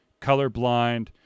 colorblind